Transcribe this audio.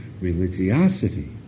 religiosity